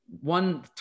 One